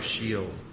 shield